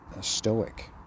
stoic